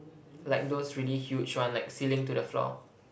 like those really huge one like ceiling to the floor